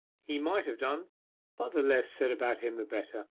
he might have done but the less said about him the better.